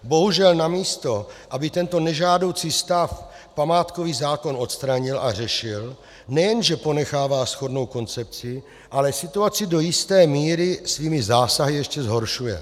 Bohužel namísto, aby tento nežádoucí stav památkový zákon odstranil a řešil, nejen že ponechává shodnou koncepci, ale situaci do jisté míry svými zásahy ještě zhoršuje.